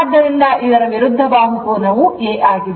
ಆದ್ದರಿಂದ ಇದು ವಿರುದ್ಧ ಬಾಹು A ಆಗಿದೆ